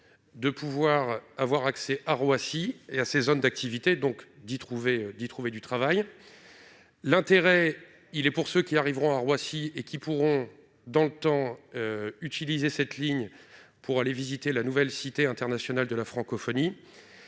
de pouvoir avoir accès à Roissy et à ses zones d'activité, donc d'y trouver d'y trouver du travail, l'intérêt, il est pour ceux qui arriveront à Roissy et qui pourront, dans le temps, utiliser cette ligne pour aller visiter la nouvelle Cité internationale de la francophonie,